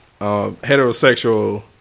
heterosexual